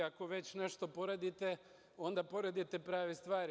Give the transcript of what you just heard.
Ako već nešto poredite, onda poredite prave stvari.